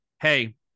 hey